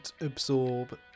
absorb